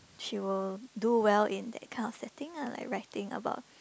she would do well in that kind of that thing lah like writing about